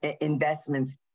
investments